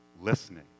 listening